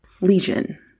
Legion